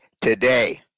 today